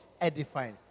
edifying